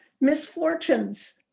misfortunes